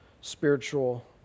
spiritual